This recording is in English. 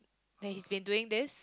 that he's been doing this